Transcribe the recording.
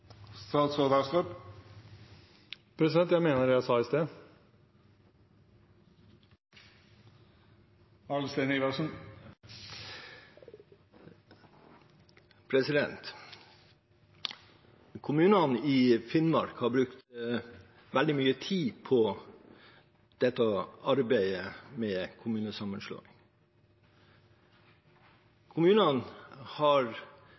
Jeg mener det jeg sa i sted. Kommunene i Finnmark har brukt veldig mye tid på arbeidet med kommunesammenslåing.